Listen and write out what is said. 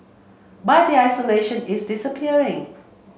but the isolation is disappearing